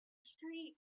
street